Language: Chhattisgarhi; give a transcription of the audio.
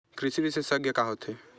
कृषि विशेषज्ञ का होथे?